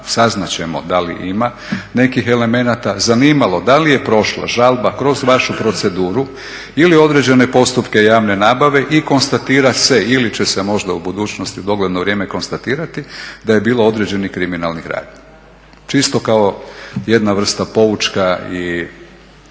saznati ćemo da li ima nekih elemenata zanimalo da li je prošla žalba kroz vašu proceduru ili određene postupke javne nabave i konstatira se ili će se možda u budućnosti u dogledno vrijeme konstatirati da je bilo određenih kriminalnih radnji. Čisto kao jedna vrsta poučka.